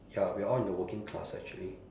ya we are all in the working class actually